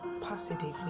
positively